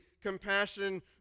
compassion